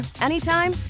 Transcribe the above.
anytime